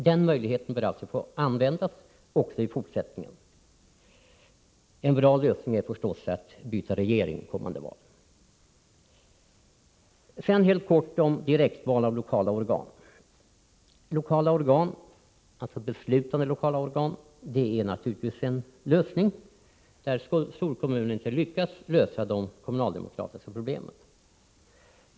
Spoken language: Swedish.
Den möjligheten bör alltså få användas även i fortsättningen. En bra lösning är förstås också att byta regering i kommande val. Jag vill sedan helt kort säga något om direktval av lokala organ. Beslutande lokala organ är naturligtvis bra när en storkommun inte lyckas lösa de kommunaldemokratiska problemen.